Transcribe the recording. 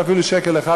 אפילו שקל אחד,